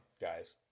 guys